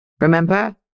Remember